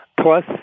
plus